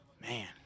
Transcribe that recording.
Man